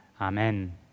Amen